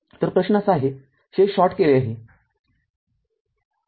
तर प्रश्न असा आहे हे शॉर्ट केले आहे